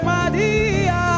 Maria